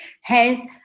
Hence